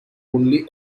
only